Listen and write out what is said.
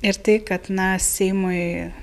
ir tai kad na seimui